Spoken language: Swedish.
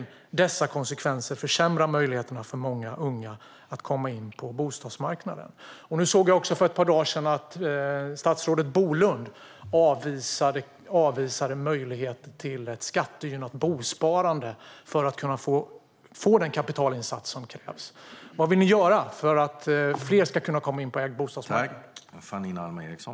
Man skrev också att "dessa konsekvenser försämrar möjligheterna för många unga att komma in på bostadsmarknaden". För ett par dagar sedan såg jag att statsrådet Bolund avvisade möjligheten till ett skattegynnat bosparande för att kunna få den kapitalinsats som krävs. Vad vill ni göra för att fler ska kunna komma in på den ägda bostadsmarknaden?